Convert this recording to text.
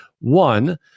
One